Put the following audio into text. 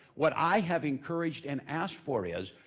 what i have encouraged and asked for is,